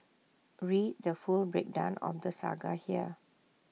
read the full breakdown of the saga here